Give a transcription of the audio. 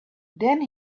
then